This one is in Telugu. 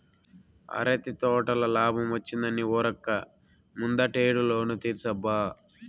అరటి తోటల లాబ్మొచ్చిందని ఉరక్క ముందటేడు లోను తీర్సబ్బా